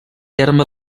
terme